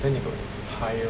then they got hire